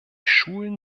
schulen